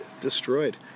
destroyed